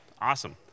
awesome